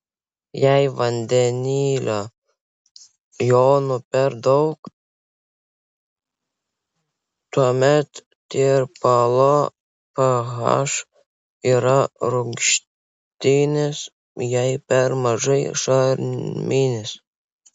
jei vandenilio jonų per daug tuomet tirpalo ph yra rūgštinis jei per mažai šarminis